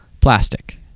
Plastic